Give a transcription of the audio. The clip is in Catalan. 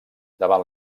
davant